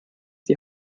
die